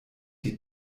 die